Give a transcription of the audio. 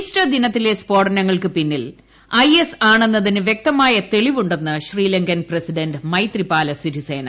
Easter ദിനത്തിലെ സ്ഫോടനങ്ങൾക്ക് പിന്നിൽ ഐ എസ് ആണെന്നതിന് വൃക്തമായ തെളിവുണ്ടെന്ന് ശ്രീലങ്കൻ പ്രസിഡന്റ് മൈത്രീപാല സിരിസേന